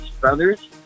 brothers